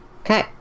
Okay